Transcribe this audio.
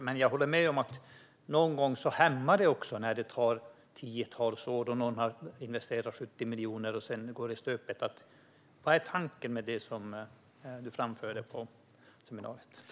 Men jag håller med om att det ibland hämmar när det tar tiotals år och någon har investerat 70 miljoner och det sedan går i stöpet. Vad är tanken med det som du framförde på seminariet?